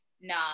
nah